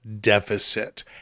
deficit